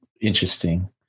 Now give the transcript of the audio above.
interesting